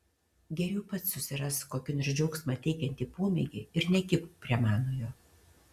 geriau pats susirask kokį nors džiaugsmą teikiantį pomėgį ir nekibk prie manojo